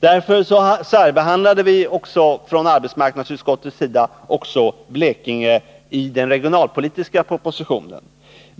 Därför särbehandlade också arbetsmarknadsutskottet Blekinge vid handläggningen av den regionalpolitiska propositionen.